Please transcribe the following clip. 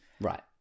Right